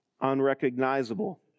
unrecognizable